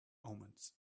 omens